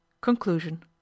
CONCLUSION